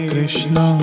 Krishna